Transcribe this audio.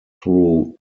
through